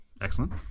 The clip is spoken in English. Excellent